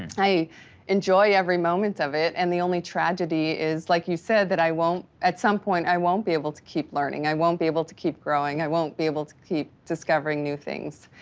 i enjoy every moment of it. and the only tragedy is, like you said that i won't, at some point, i won't be able to keep learning, i won't be able to keep growing, i won't be able to keep discovering new things.